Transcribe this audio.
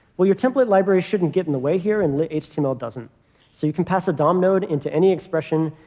well, your template library shouldn't get in the way here, and lit-html doesn't so you can pass a dom node into any expression,